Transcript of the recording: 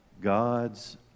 God's